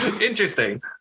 Interesting